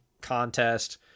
contest